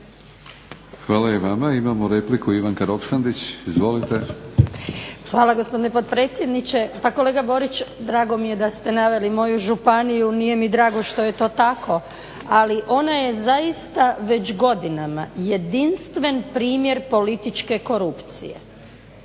Hvala i vama. Imamo repliku Ivanka Roksandić, izvolite. **Roksandić, Ivanka (HDZ)** Hvala gospodine potpredsjedniče. Pa kolega Borić, drago mi je da ste naveli moju županiju. Nije mi drago što je to tako, ali ona je zaista već godinama jedinstven primjer političke korupcije,